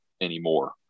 anymore